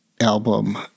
album